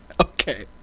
Okay